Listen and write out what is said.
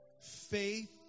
faith